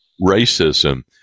racism